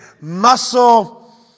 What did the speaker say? muscle